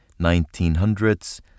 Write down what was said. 1900s